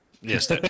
Yes